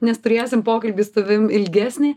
nes turėsim pokalbį tavim ilgesnį